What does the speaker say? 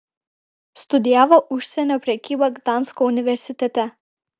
studijavo užsienio prekybą gdansko universitete